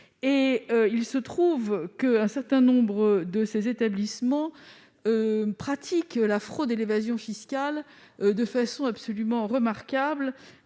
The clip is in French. Il se trouve qu'un certain nombre de ces établissements pratiquent la fraude et l'évasion fiscales de façon absolument remarquable.